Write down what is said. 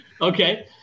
Okay